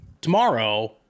tomorrow